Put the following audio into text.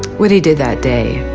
what he did that day,